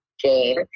Jane